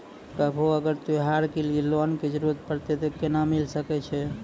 कभो अगर त्योहार के लिए लोन के जरूरत परतै तऽ केना मिल सकै छै?